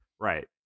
Right